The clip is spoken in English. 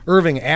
Irving